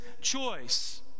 choice